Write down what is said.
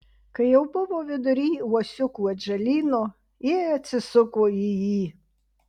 kai jau buvo vidury uosiukų atžalyno ji atsisuko į jį